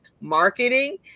marketing